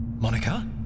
Monica